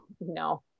no